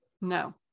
No